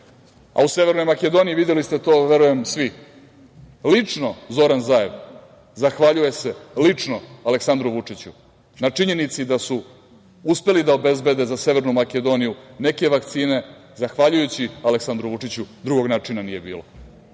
a u Severnoj Makedoniji videli ste to, verujem, svi lično Zoran Zajev zahvaljuje se lično Aleksandru Vučiću na činjenici da su uspeli da obezbede za Severnu Makedoniju neke vakcine, zahvaljujući Aleksandru Vučiću, drugog načina nije bilo.